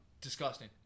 Disgusting